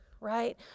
right